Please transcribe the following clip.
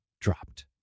dropped